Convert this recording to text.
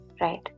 right